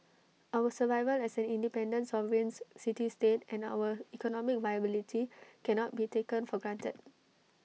our survival as an independent sovereign city state and our economic viability cannot be taken for granted